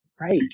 right